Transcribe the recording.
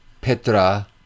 Petra